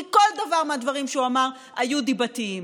כי כל דבר מהדברים שהוא אמר היה דיבתי.